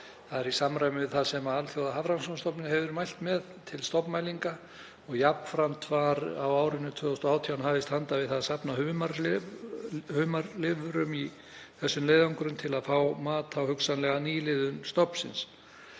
Það er í samræmi við það sem Alþjóðahafrannsóknastofnunin hefur mælt með til stofnmælinga. Jafnframt var á árinu 2018 hafist handa við að safna humarlifrum í þessum leiðangri til að fá mat á hugsanlega nýliðun stofnsins.